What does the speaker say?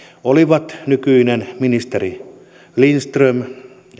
olivat nykyinen ministeri lindström